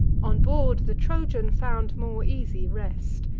on board, the trojan found more easy rest.